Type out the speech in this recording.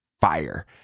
fire